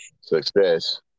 success